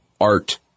art